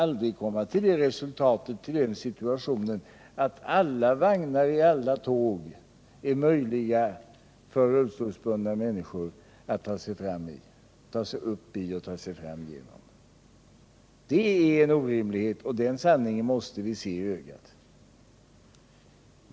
Ni förstår väl att man aldrig kan komma därhän att rullstolsbundna män niskor kan ta sig upp i och fram genom alla vagnar i alla tåg. Det är en orimlighet, och den sanningen måste vi se i vitögat.